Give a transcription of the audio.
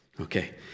Okay